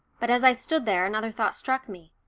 but as i stood there, another thought struck me.